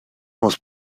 most